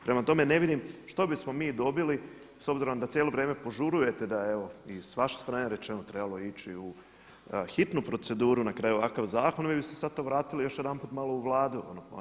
Prema tome, ne vidim što bismo mi dobili s obzirom da cijelo vrijeme požurujete da evo i s vaše strane je rečeno trebalo je ići u hitnu proceduru na kraju ovakav zakon, a vi biste sad to vratili još jedanput malo u Vladu.